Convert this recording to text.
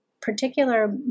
particular